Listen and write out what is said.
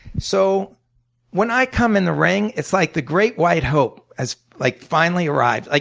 so when i come in the ring, it's like the great white hope has like finally arrived. like